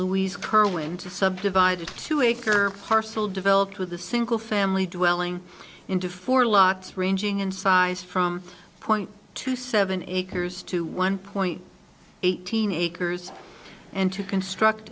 winter subdivided two acre parcel developed with a single family dwelling into four lots ranging in size from point two seven acres to one point eighteen acres and to construct